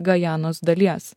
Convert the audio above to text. gajanos dalies